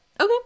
Okay